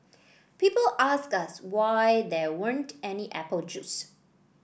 people asked us why there weren't any apple juice